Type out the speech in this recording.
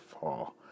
fall